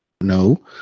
no